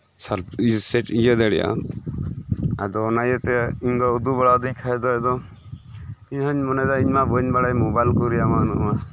ᱤᱭᱟᱹ ᱫᱟᱲᱤᱭᱟᱜᱼᱟ ᱟᱫᱚ ᱚᱱᱟ ᱤᱭᱟᱹᱛᱮ ᱤᱧᱫᱚ ᱩᱫᱩᱜ ᱵᱟᱲᱟ ᱟᱹᱫᱤᱧ ᱠᱷᱟᱱ ᱟᱫᱚ ᱤᱧᱦᱚᱧ ᱢᱚᱱᱮᱭᱮᱫᱟ ᱤᱧᱢᱟ ᱵᱟᱹᱧ ᱵᱟᱲᱟᱭ ᱢᱳᱵᱟᱭᱤᱞ ᱠᱚᱨᱮᱭᱟᱜ ᱢᱟ ᱱᱚᱜ ᱚᱭ